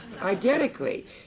Identically